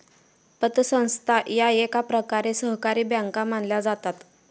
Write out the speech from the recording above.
पतसंस्था या एकप्रकारे सहकारी बँका मानल्या जातात